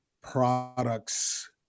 products